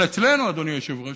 אבל אצלנו, אדוני היושב-ראש,